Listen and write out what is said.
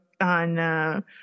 on